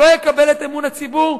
לא יקבל את אמון הציבור?